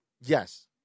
Yes